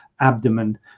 abdomen